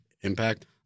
impact